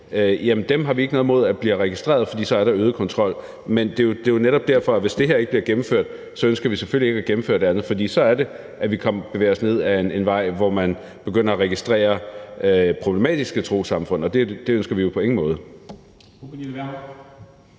har vi ikke noget imod bliver registreret, for så er der øget kontrol. Men det er netop derfor, at hvis det her ikke bliver gennemført, ønsker vi selvfølgelig ikke at gennemføre det andet, for så er det, vi bevæger os ned ad en vej, hvor man begynder at registrere problematiske trossamfund, og det ønsker vi jo på ingen måde.